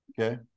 Okay